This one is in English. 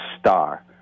star